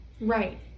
Right